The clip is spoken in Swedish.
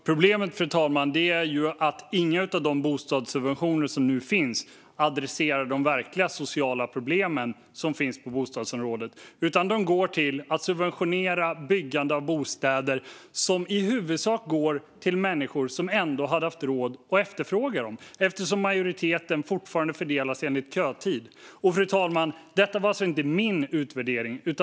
Fru talman! Problemet är ju att inga av de bostadssubventioner som nu finns adresserar de verkliga sociala problem som finns på bostadsområdet. De går i stället till att subventionera byggande av bostäder som i huvudsak går till människor som ändå hade haft råd att efterfråga dem, eftersom majoriteten fortfarande fördelas efter kötid. Fru talman! Detta är alltså inte min utvärdering.